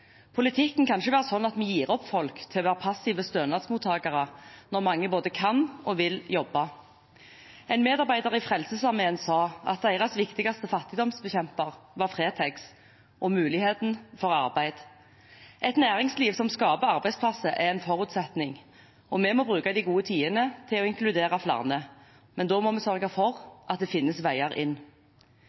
Politikken kan ikke være slik at vi gir opp folk til å være passive stønadsmottakere, når mange både vil og kan jobbe. En medarbeider i Frelsesarmeen sa at deres viktigste fattigdomsbekjemper var Fretex og muligheten for arbeid. Et næringsliv som skaper arbeidsplasser, er en forutsetning. Vi må bruke de gode tidene til å inkludere flere, men da må vi sørge for at det finnes veier inn.